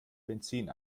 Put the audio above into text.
benzin